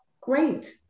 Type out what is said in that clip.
great